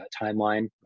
timeline